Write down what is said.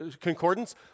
concordance